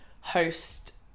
host